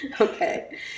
Okay